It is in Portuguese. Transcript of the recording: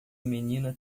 menina